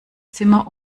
zimmer